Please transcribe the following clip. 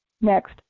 Next